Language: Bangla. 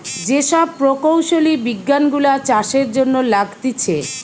যে সব প্রকৌশলী বিজ্ঞান গুলা চাষের জন্য লাগতিছে